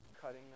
cutting